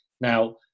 now